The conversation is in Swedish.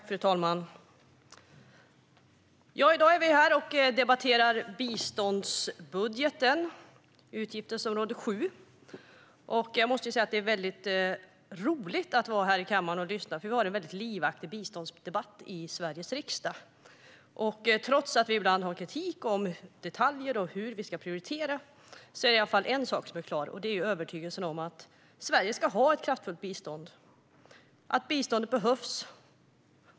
Fru talman! I dag debatterar vi biståndsbudgeten, utgiftsområde 7. Jag måste säga att det är roligt att vara här i kammaren och lyssna, för vi har en väldigt livaktig biståndsdebatt i Sveriges riksdag. Trots att vi ibland för fram kritik vad gäller detaljer och hur vi ska prioritera är i alla fall en sak klar: övertygelsen om att Sverige ska ha ett kraftfullt bistånd och att biståndet behövs.